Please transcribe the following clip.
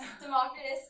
Democritus